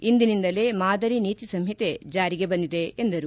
ಇಂದಿನಿಂದಲೇ ಮಾದರಿ ನೀತಿ ಸಂಹಿತೆ ಜಾರಿಗೆ ಬಂದಿದೆ ಎಂದರು